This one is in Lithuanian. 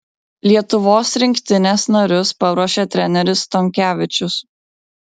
lietuvos rinktinės narius paruošė treneris stonkevičius